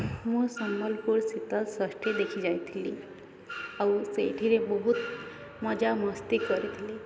ମୁଁ ସମ୍ବଲପୁର ଶୀତଳଷଷ୍ଠୀ ଦେଖି ଯାଇଥିଲି ଆଉ ସେଇଠିରେ ବହୁତ ମଜାମସ୍ତି କରିଥିଲି